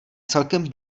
celkem